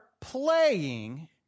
playing